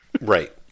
Right